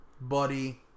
Buddy